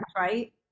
right